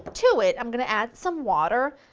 to it i'm going to add some water.